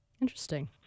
Interesting